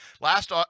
Last